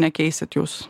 nekeisit jūs